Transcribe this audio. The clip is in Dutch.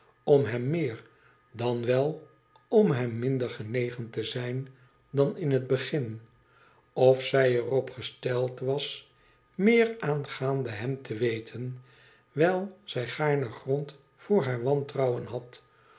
om hem meer dan wel om hem minder genegen te zijn dan in het begin of zij er op gesteld was meer aangaande hem te weten wijl zij gaarne grond voor haar wantrouwen had